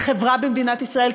לחברה במדינת ישראל,